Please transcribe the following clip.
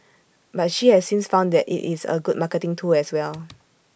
but she has since found that IT is A good marketing tool as well